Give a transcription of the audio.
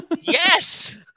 yes